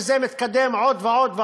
וזה מתקדם עוד ועוד.